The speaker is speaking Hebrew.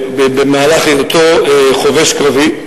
בהיותו חובש קרבי,